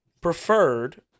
preferred